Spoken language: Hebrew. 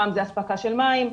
פעם זה אספקה של מים,